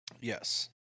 yes